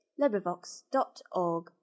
LibriVox.org